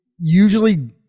usually